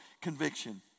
conviction